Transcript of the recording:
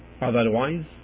Otherwise